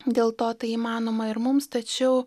dėl to tai įmanoma ir mums tačiau